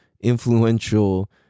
influential